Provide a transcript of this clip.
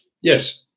Yes